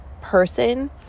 person